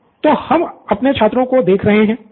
सिद्धार्थ तो हम अपने छात्रों को देख रहे हैं